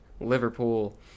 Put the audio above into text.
Liverpool